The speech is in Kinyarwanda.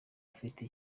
afite